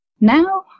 Now